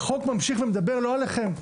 החוק ממשיך ומדבר לא עליכם,